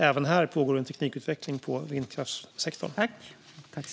Även här pågår en teknikutveckling inom vindkraftssektorn.